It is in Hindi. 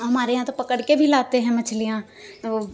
हमारे यहाँ तो पकड़ के भी लाते हैं मछलियां वो